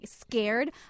scared